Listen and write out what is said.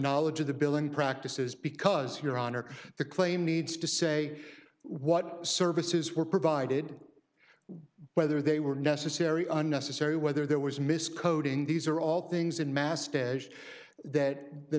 knowledge of the billing practices because your honor the claim needs to say what services were provided whether they were necessary unnecessary whether there was miscoded in these are all things in mast edge that the